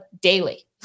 daily